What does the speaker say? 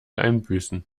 einbüßen